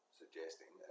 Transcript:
suggesting